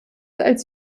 als